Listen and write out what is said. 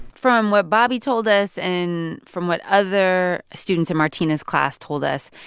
from what bobbi told us and from what other students in martina's class told us,